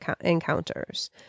encounters